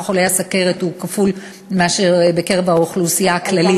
חולי הסוכרת כפול מאשר בקרב האוכלוסייה הכללית.